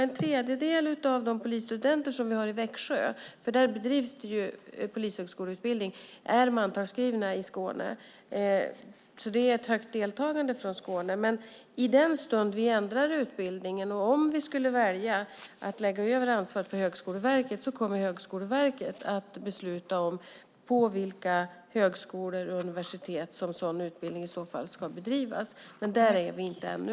En tredjedel av de polisstudenter som vi har i Växjö där det bedrivs polishögskoleutbildning är mantalsskrivna i Skåne. Det är ett högt deltagande från Skåne. I den stund vi ändrar utbildningen, och om vi skulle välja att lägga över ansvaret på Högskoleverket, kommer Högskoleverket att besluta om på vilka högskolor och universitet som en sådan utbildning i så fall ska bedrivas. Men där är vi inte ännu.